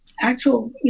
actual